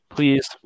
Please